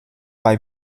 bei